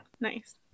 Nice